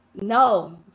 No